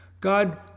God